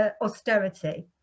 austerity